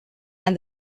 and